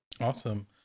awesome